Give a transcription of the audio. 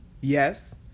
Yes